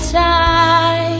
time